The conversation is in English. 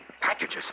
Packages